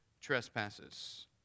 trespasses